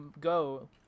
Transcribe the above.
go